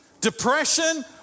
depression